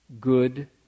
Good